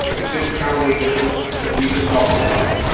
the fifty pound weight difference we just talked about.